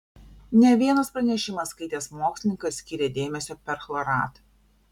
ne vienas pranešimą skaitęs mokslininkas skyrė dėmesio perchloratui